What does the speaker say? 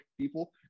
people